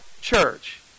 church